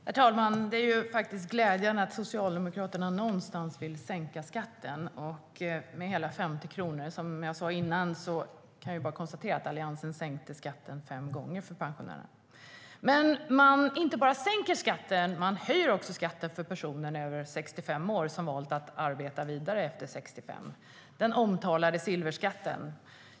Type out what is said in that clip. Herr talman! Det är glädjande att Socialdemokraterna sänker skatten någonstans - med hela 50 kronor. Som jag konstaterade innan sänkte Alliansen skatten för pensionärerna fem gånger. Man inte bara sänker skatten. Man höjer också skatten för de personer över 65 år som valt att arbeta vidare, den omtalade silverskatten.